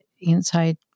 inside